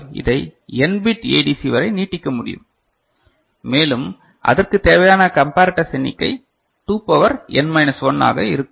இதை n bit ADC வரை நீட்டிக்க முடியும் மேலும் அதற்கு தேவையான கம்பரட்டர்ஸ் எண்ணிக்கை 2 பவர் n மைனஸ் 1 ஆக இருக்கும்